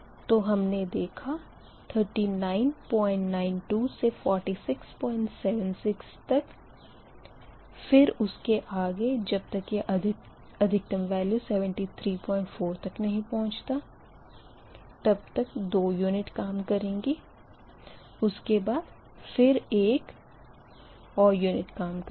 तो हमने देखा 3992 से 4676 तक फिर उसके आगे जब तक यह अधिकतम वेल्यू 734 तक नही पहुँचता तब तक दो यूनिट काम करेंगी उसके बाद फिर एक और यूनिट काम करेगी